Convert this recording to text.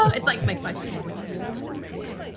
so it's like my question, what are you really hungry for?